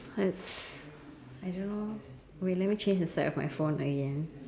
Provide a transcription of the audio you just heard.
that's I don't know wait lemme change the side of my phone again